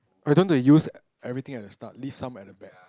I don't want to use everything at the start leave some at the back